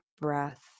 breath